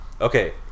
Okay